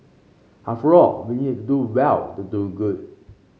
after all we need to do well to do good